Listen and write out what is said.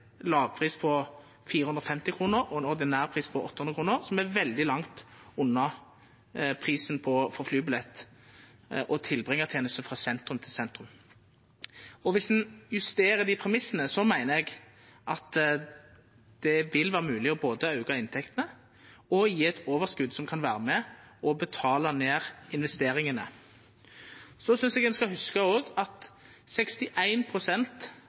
lågpris på 450 kr og ein ordinær pris på 800 kr, som er veldig langt unna prisen for flybillett og tilbringarteneste frå sentrum til sentrum. Dersom ein justerer dei premissane, meiner eg at det vil vera mogleg både å auka inntektene og å få eit overskot som kan vera med og betala ned investeringane. Så synest eg ein skal hugsa at